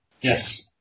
Yes